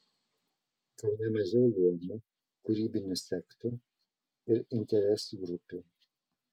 kaune mažiau luomų kūrybinių sektų ir interesų grupių